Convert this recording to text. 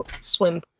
swim